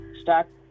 start